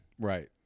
Right